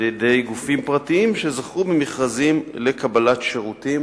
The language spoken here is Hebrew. אלא על-ידי גופים פרטיים שזכו במכרזים לקבלת שירותים,